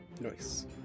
Nice